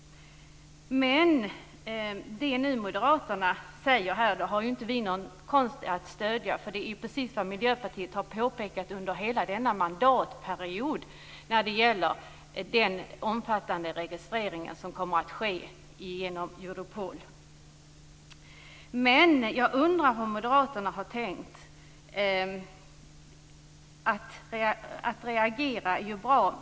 Men det moderaterna nu säger, är det ingen konst för oss att stödja. Det är nämligen precis det som Miljöpartiet har påpekat under hela denna mandatperiod, när det gäller den omfattande registrering som kommer att ske genom Europol. Men jag undrar hur moderaterna har tänkt. Att reagera är bra.